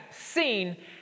seen